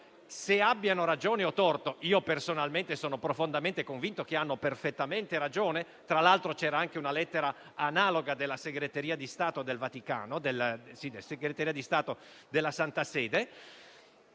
se abbiano ragione o torto (personalmente sono profondamente convinto che abbiano perfettamente ragione e, tra l'altro, c'era anche una lettera analoga della Segreteria di Stato della Santa Sede),